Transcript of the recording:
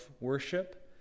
worship